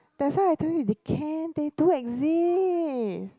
that's why I told you they can they do exist